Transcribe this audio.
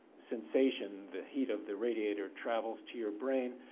sensation, the heat of the radiator travels to your brain,